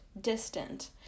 distant